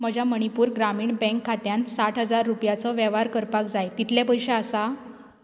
म्हज्या मणिपूर ग्रामीण बँक खात्यांत साठ हजार रुपयाचो वेव्हार करपाक जाय तितले पयशे आसा